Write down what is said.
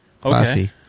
Classy